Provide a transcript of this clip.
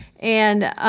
and